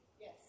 Yes